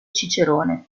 cicerone